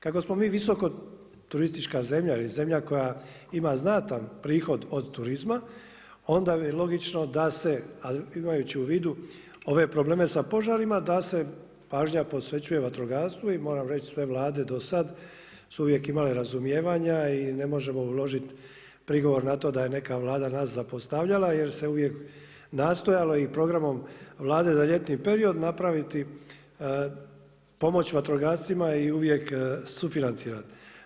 Kako smo mi visoko turistička zemlja i zemlja koja ima znatan prihod od turizma onda je logično da se, a imajući u vidu ove probleme sa požarima da se pažnja posvećuje vatrogastvu i moram reći sve Vlade do sada su uvijek imale razumijevanja i ne možemo uložiti prigovor da je neka Vlada nas zapostavljala jer se uvijek nastojalo i programom Vlade da ljetni period napraviti, pomoći vatrogascima i uvijek sufinancirat.